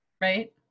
Right